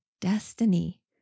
destiny